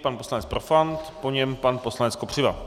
Pan poslanec Profant, po něm pan poslanec Kopřiva.